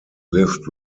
lived